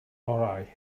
orau